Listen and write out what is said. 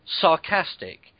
sarcastic